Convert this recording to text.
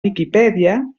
viquipèdia